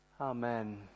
Amen